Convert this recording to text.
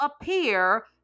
appear